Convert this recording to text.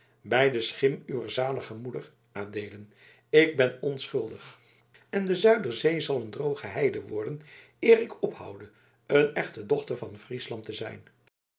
bij de schim uwer zalige moeder adeelen ik ben onschuldig en de zuiderzee zal een droge heide worden eer ik ophoude een echte dochter van friesland te zijn